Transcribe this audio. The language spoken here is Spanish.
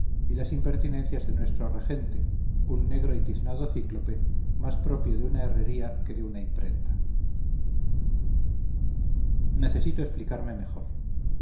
y las impertinencias de nuestro regente un negro y tiznado cíclope más propio de una herrería que de una imprenta necesito explicarme mejor